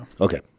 Okay